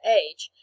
age